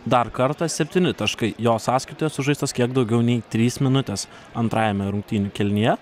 dar kartą septyni taškai jo sąskaitoje sužaistos kiek daugiau nei trys minutės antrajame rungtynių kėlinyje